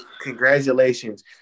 congratulations